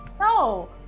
No